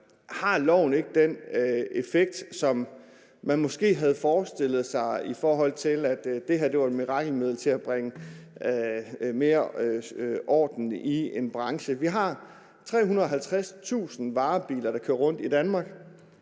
har loven ikke den effekt, som man måske havde forestillet sig, i forhold til at det her var et mirakelmiddel til at bringe mere orden i en branche. Vi har 350.000 varebiler, der kører rundt i Danmark.